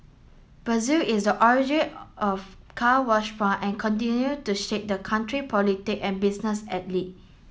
Brazil is a origin of Car Wash and continue to shake that country politic and business elite